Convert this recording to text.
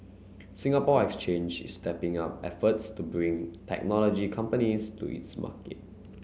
Singapore Exchange is stepping up efforts to bring technology companies to its market